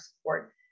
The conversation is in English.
support